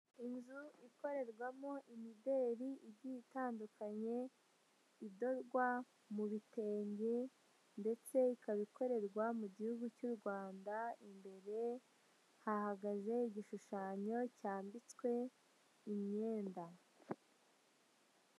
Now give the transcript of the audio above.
Inzu ikorerwamo imideri igiye itandukanye idodwa mu bitenge ndetse ikaba ikorerwa mu gihugu cy'u Rwanda, imbere hahagaze igishushanyo cyambitswe imyenda.